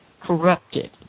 corrupted